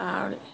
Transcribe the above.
आर